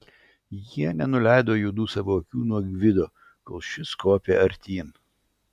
jis nenuleido juodų savo akių nuo gvido kol šis kopė artyn